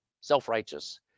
self-righteous